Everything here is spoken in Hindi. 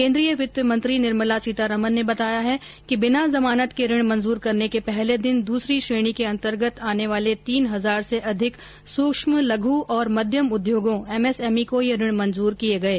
केंद्रीय वित्त मंत्री निर्मला सीतारामन ने बताया है कि बिना जमानत के ऋण मंजूर करने के पहले दिन दूसरी श्रेणी के अंतर्गत आने वाले तीन हजार से अधिक सूक्ष्म लघु और मध्यम उद्योगों एमएसएमई को ये ऋण मंजूर किये गये